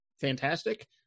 fantastic